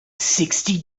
sixty